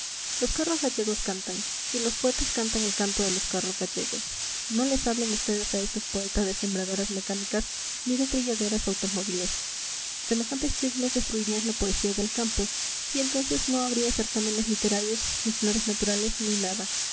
los carros gallegos cantan y los poetas cantan el canto de los carros gallegos no les hablen ustedes a estos poetas de sembradoras mecánicas ni de trilladoras automóviles semejantes chismes destruirían la poesía del campo y entonces no habría certámenes literarios ni flores naturales ni nada